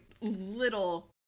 little